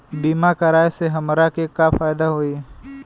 बीमा कराए से हमरा के का फायदा होई?